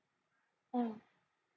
mm